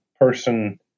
person